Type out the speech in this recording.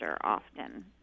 often